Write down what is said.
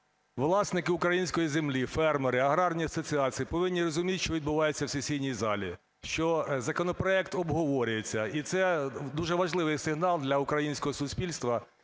Власники української землі, фермери, аграрні асоціації повинні розуміти, що відбувається в сесійній залі. Що законопроект обговорюється. І це дуже важливий сигнал для українського суспільства.